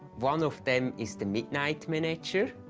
one of them is the midnight miniature.